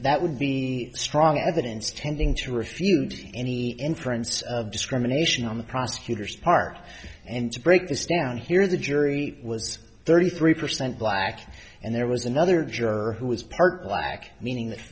that would be strong evidence tending to refute any inference of discrimination on the prosecutor's part and to break this down here the jury was thirty three percent black and there was another juror who was part whack meaning